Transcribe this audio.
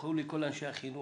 ויסלחו לי כל אנשי החינוך